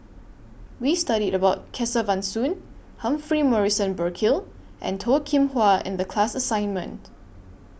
We studied about Kesavan Soon Humphrey Morrison Burkill and Toh Kim Hwa in The class assignment